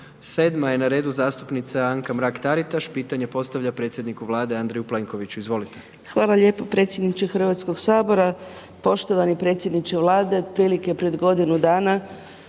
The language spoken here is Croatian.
7. je na redu zastupnica Anka Mrak-Taritaš, pitanje postavlja predsjedniku Vlade Andreju Plenkoviću. Izvolite. **Mrak-Taritaš, Anka (GLAS)** Hvala lijepa predsjedniče Hrvatskoga sabora. Poštovani predsjedniče Vlade, otprilike prije godinu dana